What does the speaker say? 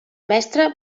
mestre